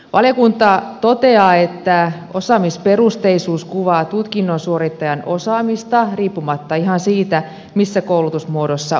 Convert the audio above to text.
valiokunta toteaa että osaamisperusteisuus kuvaa tutkinnon suorittajan osaamista ihan riippumatta siitä missä koulutusmuodossa opiskelija on ollut